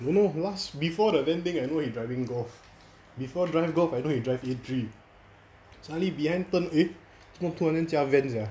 don't know last before the van thing I know he driving golf before drive golf I know he drive a three suddenly behind turn eh 做么突然驾 van sia